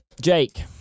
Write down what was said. Jake